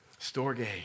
Storge